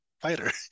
fighter